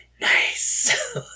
nice